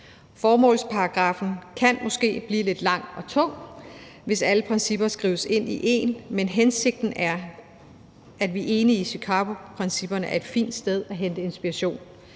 Formålsparagraffen kan måske blive lidt lang og tung, hvis alle principper skrives ind i én, men hensigten er, at vi er enige i, at Chicagoprincipperne er et fint sted at hente inspiration.